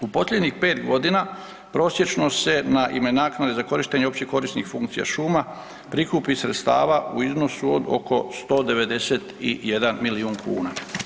U posljednjih pet godina prosječno se na ime naknade za korištenje opće korisnih funkcija šuma prikupi sredstava u iznosu od oko 191 milijun kuna.